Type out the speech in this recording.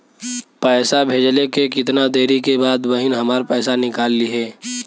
पैसा भेजले के कितना देरी के बाद बहिन हमार पैसा निकाल लिहे?